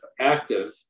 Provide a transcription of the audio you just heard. active